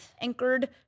anchored